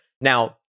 Now